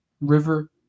River